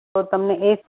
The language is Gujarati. તો તમને એક